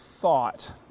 thought